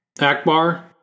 Akbar